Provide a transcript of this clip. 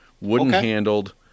wooden-handled